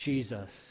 Jesus